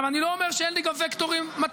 עכשיו, אני לא אומר שאין לי גם וקטורים מטרידים.